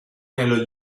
nello